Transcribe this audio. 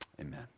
Amen